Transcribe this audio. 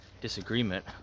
disagreement